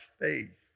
faith